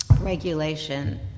regulation